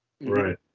Right